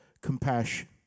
compassion